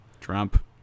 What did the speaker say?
Trump